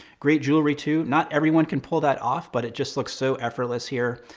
great jewelry too, not everyone can pull that off, but it just looks so effortless here.